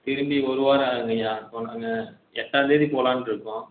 திரும்பி ஒரு வாரம் ஆகும்ங்க ஐயா அப்புறம் நாங்கள் எட்டாந்தேதி போகலான்ட்டு இருக்கோம்